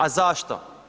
A zašto?